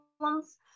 problems